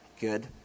Good